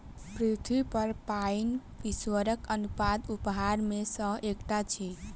पृथ्वीपर पाइन ईश्वरक अनुपम उपहार मे सॅ एकटा अछि